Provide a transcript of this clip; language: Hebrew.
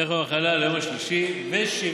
מערך יום המחלה על היום השלישי, ו-70%